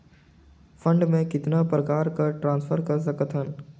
Fund मे कतना प्रकार से ट्रांसफर कर सकत हन?